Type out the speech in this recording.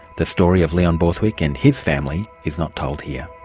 the story of leon borthwick and his family is not told here.